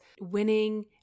winning